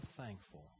thankful